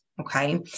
Okay